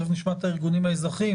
תכף נשמע את הארגונים האזרחיים.